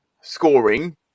scoring